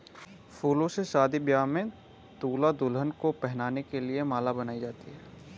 फूलों से शादी ब्याह में दूल्हा दुल्हन को पहनाने के लिए माला बनाई जाती है